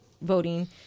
voting